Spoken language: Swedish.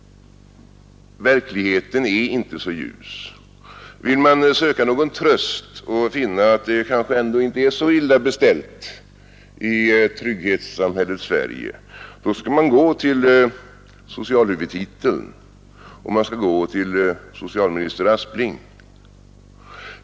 Verkligheten är inte så ljus. Vill man söka någon tröst och finna att det kanske ändå inte är så illa beställt i trygghetssamhället Sverige, skall man gå till socialhuvudtiteln och till socialminister Aspling.